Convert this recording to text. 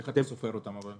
איך אתה סופר אותם?